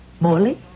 Morley